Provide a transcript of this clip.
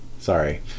Sorry